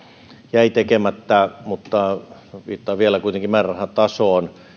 jäi tekemättä mutta viittaan kuitenkin vielä määrärahan tasoon